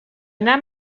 anar